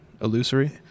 Illusory